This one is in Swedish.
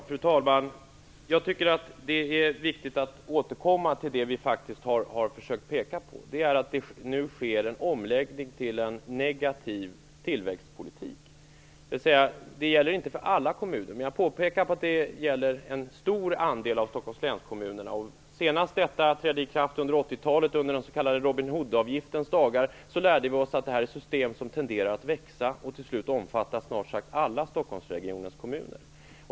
Fru talman! Jag tycker att det är viktigt att återkomma till det vi faktiskt har försökt att peka på. Det är att det nu sker en omläggning till en negativ tillväxtpolitik. Detta gäller inte för alla kommuner. Men jag påpekar att det gäller en stor andel av Stockholms läns kommuner. Senast detta trädde i kraft, det var den s.k. Robin Hood-avgiftens dagar under 80-talet, lärde vi oss att det här är system som tenderar att växa och till slut omfattas snart sagt alla Stockholmsregionens kommuner.